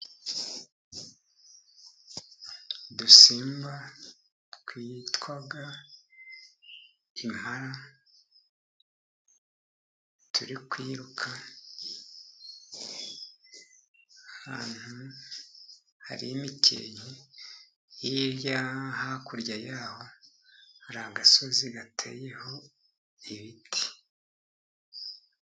Udusimba twitwa impala turi kwiruka ahantu hari imikenke. Hirya hakurya y'aho hari agasozi gateyeho ibiti.